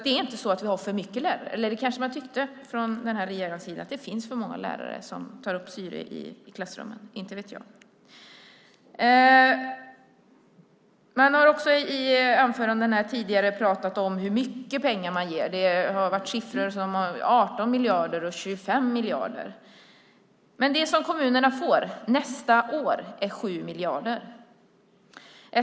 Det är inte så att vi har för mycket lärare. Eller man kanske tyckte från den här regeringens sida att det finns för många lärare som tar upp syre i klassrummen - inte vet jag. Man har också i anföranden här tidigare pratat om hur mycket pengar man ger. Det har varit 18 miljarder och 25 miljarder. Men det som kommunerna får nästa år är 7 miljarder.